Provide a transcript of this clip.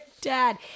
dad